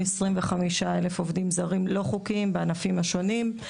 25,000 עובדים זרים לא חוקיים בענפים השונים.